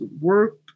work